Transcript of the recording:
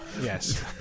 Yes